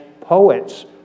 poets